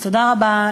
אז תודה רבה,